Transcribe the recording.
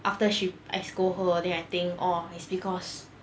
after she I scold her already then I think orh is because